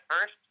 first